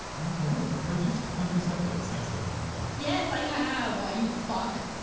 okay, purchased contraceptives, that's definitely a no. yes i have, you fuck.